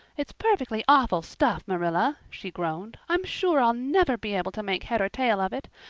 it's perfectly awful stuff, marilla, she groaned. i'm sure i'll never be able to make head or tail of it.